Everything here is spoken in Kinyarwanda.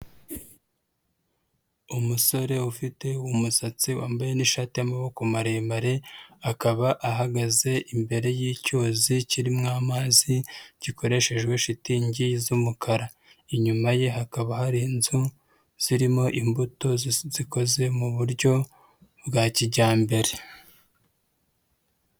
Umusore ufite umusatsi, wambaye n'ishati y'amaboko maremare, akaba ahagaze imbere y'icyuzi kirimo amazi, gikoreshejwe shitingi z'umukara. Inyuma ye hakaba hari inzu zirimo imbuto zikoze mu buryo bwa kijyambere.